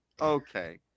okay